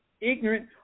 ignorant